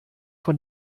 von